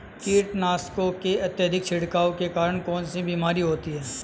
कीटनाशकों के अत्यधिक छिड़काव के कारण कौन सी बीमारी होती है?